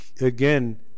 again